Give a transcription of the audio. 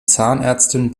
zahnärztin